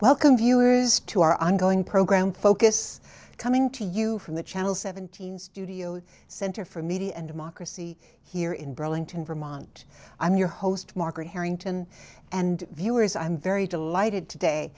welcome viewers to our ongoing program focus coming to you from the channel seventeen studio the center for media and democracy here in burlington vermont i'm your host margaret harrington and viewers i'm very delighted today